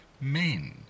Men